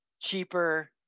cheaper